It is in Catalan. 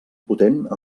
potent